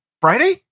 Friday